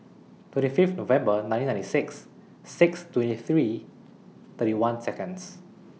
twenty Fifth November nineteen ninety six six twenty three thirty one Seconds